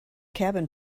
cabin